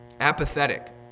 apathetic